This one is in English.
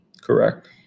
Correct